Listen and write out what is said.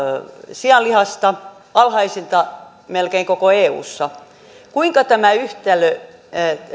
sianlihasta melkein alhaisinta koko eussa kuinka tämä yhtälö